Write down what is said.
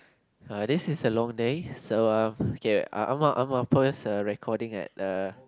uh this is a long day so uh K I'm a I'm a pause err recording at err